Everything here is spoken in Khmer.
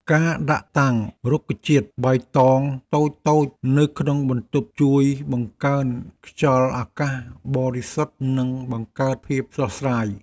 ការដាក់តាំងរុក្ខជាតិបៃតងតូចៗនៅក្នុងបន្ទប់ជួយបង្កើនខ្យល់អាកាសបរិសុទ្ធនិងបង្កើតភាពស្រស់ស្រាយ។